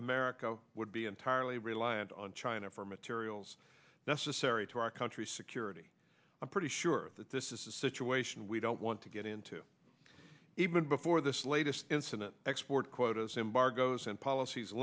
america would be entirely reliant on china for materials necessary to our country's security i'm pretty sure that this is a situation we don't want to get into even before this latest incident export quotas embargoes and policies